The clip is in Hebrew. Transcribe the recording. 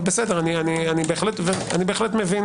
אבל אני בהחלט מבין